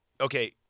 okay